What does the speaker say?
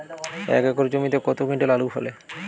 এক একর জমিতে কত কুইন্টাল আলু ফলে?